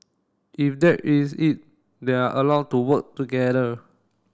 if that is it they are allowed to work together